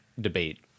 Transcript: debate